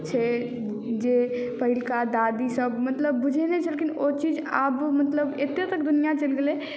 छै जे पहिलका दादीसभ मतलब बूझैत नहि छलखिन ओ चीज आब मतलब एतेक तक दुनिआँ चलि गेलै